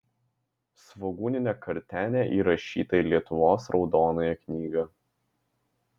svogūninė kartenė įrašyta į lietuvos raudonąją knygą